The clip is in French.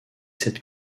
sept